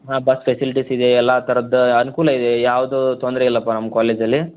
ಹಾಂ ಬಸ್ ಫೆಸಿಲಿಟೀಸಿದೆ ಎಲ್ಲ ಥರದ್ದು ಅನುಕೂಲ ಇದೆ ಯಾವ್ದೂ ತೊಂದರೆ ಇಲ್ಲಪ್ಪ ನಮ್ಮ ಕಾಲೇಜಲ್ಲಿ